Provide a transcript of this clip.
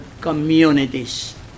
communities